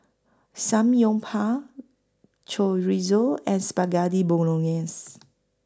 Samgyeopsal Chorizo and Spaghetti Bolognese